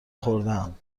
خوردهام